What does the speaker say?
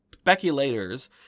speculators